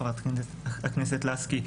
חברת הכנסת לסקי.